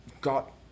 got